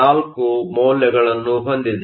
4 ಮೌಲ್ಯಗಳನ್ನು ಹೊಂದಿದೆ